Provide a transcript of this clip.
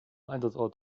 einsatzort